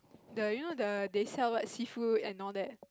the you know the they sell what seafood and all that